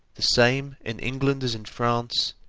the same in england as in france,